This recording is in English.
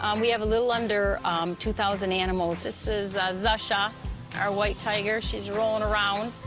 um we have a little under two thousand animals. this is zusha our white tiger. she's rolling around.